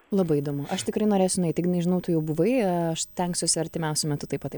labai įdomu aš tikrai norėsiu nueit ignai nežinau tu jau buvai aš stengsiuosi artimiausiu metu taip pat tai